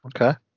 Okay